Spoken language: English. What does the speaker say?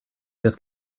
just